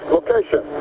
Location